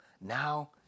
now